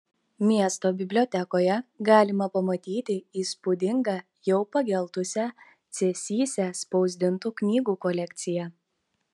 miesto bibliotekoje galima pamatyti įspūdingą jau pageltusią cėsyse spausdintų knygų kolekciją